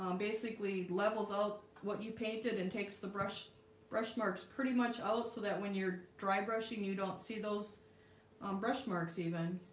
um basically levels out what you painted and takes the brush brush marks pretty much out so that when you're dry brushing you don't see those um brush marks even